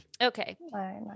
okay